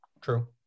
true